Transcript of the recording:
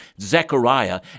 Zechariah